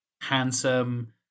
handsome